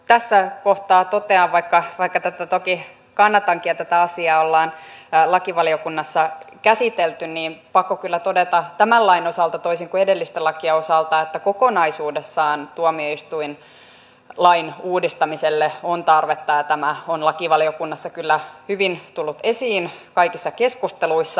tässä kohtaa vaikka tätä toki kannatankin ja tätä asiaa ollaan lakivaliokunnassa käsitelty on pakko kyllä todeta tämän lain osalta toisin kuin edellisten lakien osalta että kokonaisuudessaan tuomioistuinlain uudistamiselle on tarvetta ja tämä on lakivaliokunnassa kyllä hyvin tullut esiin kaikissa keskusteluissa